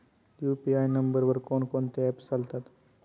UPI नंबरवर कोण कोणते ऍप्स चालतात?